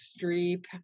Streep